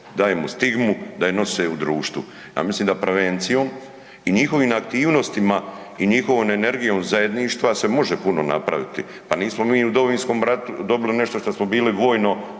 dajemo stigmu da je nose u društvu. A mislim da prevencijom i njihovim aktivnostima i njihovom energijom zajedništva se može puno napraviti pa nismo mu u Domovinskom ratu dobili nešto što smo bili vojno